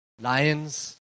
lions